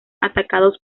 atacados